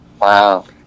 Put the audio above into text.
Wow